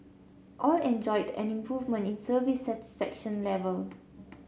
all enjoyed an improvement in service satisfaction level